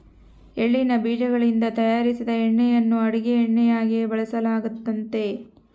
ಎಳ್ಳಿನ ಬೀಜಗಳಿಂದ ತಯಾರಿಸಿದ ಎಣ್ಣೆಯನ್ನು ಅಡುಗೆ ಎಣ್ಣೆಯಾಗಿ ಬಳಸಲಾಗ್ತತೆ